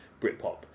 Britpop